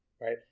right